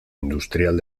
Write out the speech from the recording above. industrial